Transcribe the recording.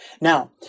Now